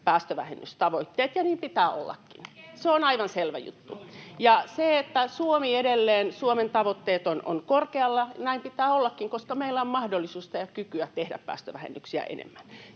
päästövähennystavoitteet, ja niin pitää ollakin, se on aivan selvä juttu. Suomen tavoitteet ovat edelleen korkealla, ja näin pitää ollakin, koska meillä on mahdollisuuksia ja kykyä tehdä päästövähennyksiä enemmän.